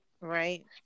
Right